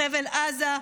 חבל עזה,